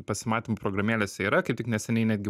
pasimatymų programėlėse yra kaip tik neseniai netgi